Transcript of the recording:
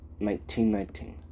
1919